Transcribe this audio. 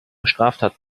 straftat